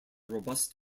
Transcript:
robust